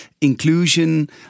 inclusion